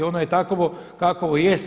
Ono je takovo kakovo jest.